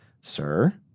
Sir